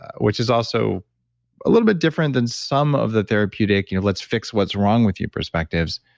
which is also a little bit different than some of the therapeutic, let's fix what's wrong with you, perspectives.